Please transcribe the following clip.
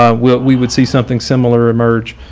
um we would see something similar emerge.